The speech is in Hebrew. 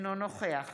אינו נוכח